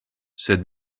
sed